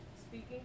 speaking